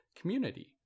community